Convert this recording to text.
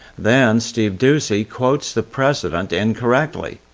then steve doocy quotes the president incorrectly.